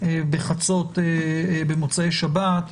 בחצות במוצאי שבת,